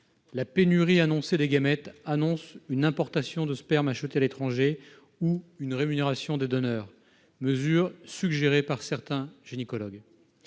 La pénurie annoncée de gamètes laisse augurer une importation de sperme depuis l'étranger ou une rémunération des donneurs, mesure suggérée par certains gynécologues.